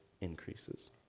increases